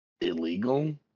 illegal